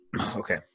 Okay